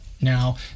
Now